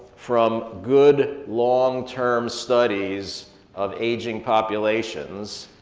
from good long-term studies of aging populations,